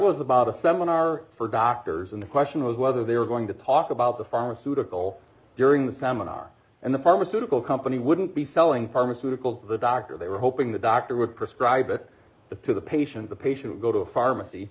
was about a seminar for doctors and the question was whether they were going to talk about the pharmaceutical during the seminar and the pharmaceutical company wouldn't be selling pharmaceuticals to the doctor they were hoping the doctor would prescribe it to the patient the patient would go to a pharmacy